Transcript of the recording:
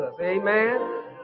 Amen